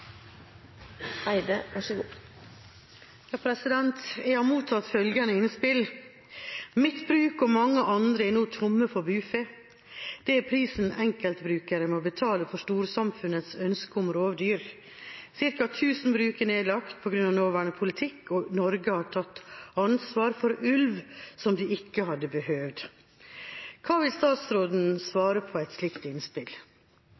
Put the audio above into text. Jeg har mottatt følgende innspill: Mitt bruk og mange andre er nå tomme for bufe. Det er prisen enkeltbrukere må betale for storsamfunnets ønske om rovdyr. Cirka 1 000 bruk er nedlagt på grunn av nåværende politikk, og Norge har tatt ansvar for ulv som de ikke hadde behøvd. Hva vil statsråden svare på et slikt innspill?